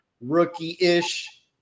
rookie-ish